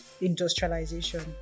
industrialization